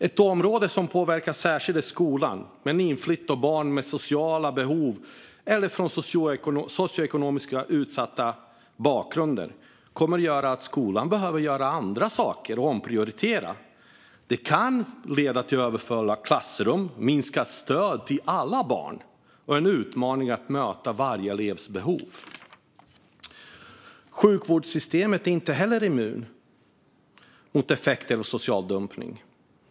Ett område som påverkas särskilt är skolan i och med inflyttning av barn med sociala behov eller barn från socioekonomiskt utsatt bakgrund. Detta kommer att göra att skolan behöver göra andra saker och omprioritera. Det kan leda till överfulla klassrum, minskat stöd till alla barn och en utmaning att möta varje elevs behov. Sjukvårdssystemet är inte heller immunt mot effekter av social dumpning.